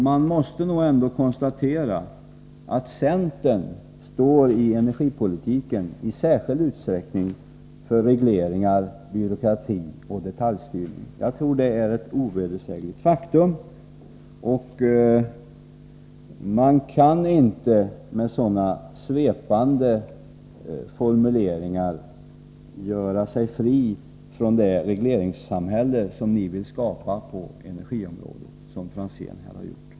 Man måste nog ändå konstatera att centern i energipolitiken i särskild utsträckning står för regleringar, byråkrati och detaljstyrning. Jag tror det är ett ovedersägligt faktum. Man kan inte med sådana svepande formuleringar som Franzén här har gjort göra sig fri från anknytningen till det regleringssamhälle ni vill skapa på energiområdet.